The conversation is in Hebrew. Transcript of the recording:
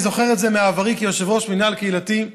ואני זוכר את זה מעברי כיושב-ראש מינהל קהילתי,